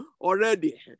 already